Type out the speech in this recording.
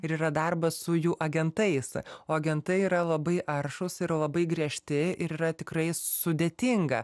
ir yra darbas su jų agentais o agentai yra labai aršūs ir labai griežti ir yra tikrai sudėtinga